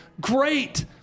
great